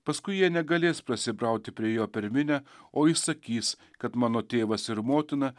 paskui jie negalės prasibrauti prie jo per minią o jis sakys kad mano tėvas ir motina